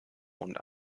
und